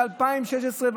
ב-2016,